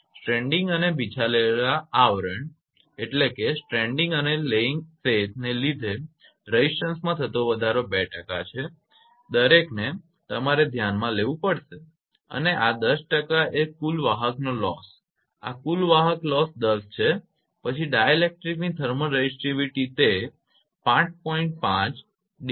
stranding અને બિછાવેલા આવરણ ને લીધે રેઝિસ્ટન્સમાં થતો વધારો 2 છે દરેકને તમારે ધ્યાનમાં લેવું પડશે અને આ 10 એ કુલ વાહકનો લોસ આ કુલ વાહક લોસ 10 છે પછી ડાઇલેક્ટ્રિકની થર્મલ રેઝિસ્ટિવિટી તે 5